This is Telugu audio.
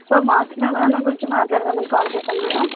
సో మార్క్స్ మెమొరాన్డం గురించి మాట్లాడుదామని కాల్ చేసాను మేడం